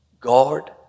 God